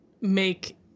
make